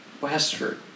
Westford